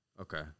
Okay